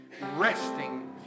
resting